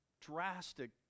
drastic